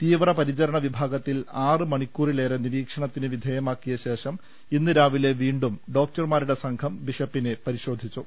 തീവ്രപരിചരണ വിഭാഗത്തിൽ ആറ് മണിക്കൂറിലേറെ നിരീക്ഷണത്തിന് വിധേയമാക്കിയ ശേഷം ഇന്ന് രാവിലെ വീണ്ടും ഡോക്ടർമാരുടെ സംഘം ബിഷപ്പിനെ പരിശോധിച്ചു